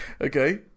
Okay